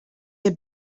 had